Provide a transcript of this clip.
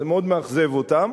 זה מאוד מאכזב אותם.